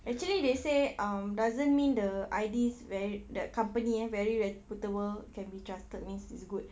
actually they say um doesn't mean the I_Ds very the company eh very reputable can be trusted means it's good